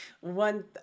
One